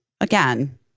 again